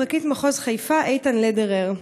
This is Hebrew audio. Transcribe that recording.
אמר את זה פרקליט מחוז חיפה, איתן לדרר.